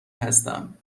هستم